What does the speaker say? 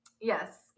Yes